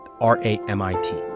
R-A-M-I-T